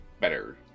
better